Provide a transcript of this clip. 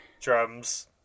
drums